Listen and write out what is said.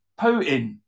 Putin